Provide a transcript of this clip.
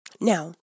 Now